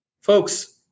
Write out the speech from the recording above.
Folks